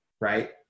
right